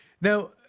now